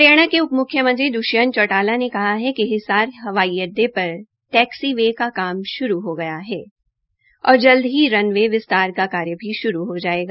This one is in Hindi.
हरियाणा के उप म्ख्यमंत्री द्वष्यंत चौटाला ने कहा है कि हिसार हवाई अड्डे पर टैक्सी वेअ का काम श्रू हो गया है और जल्द ही रन वे विस्तार का कार्य भी श्रू हो जायेगा